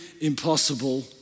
impossible